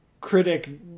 critic-